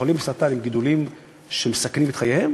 שחולים בסרטן עם גידולים שמסכנים את חייהם